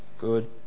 Good